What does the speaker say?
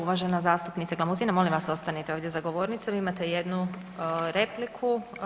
Uvažena zastupnice Glamuzina molim vas ostanite za govornicom imate jednu repliku.